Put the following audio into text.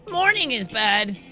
morning is bad.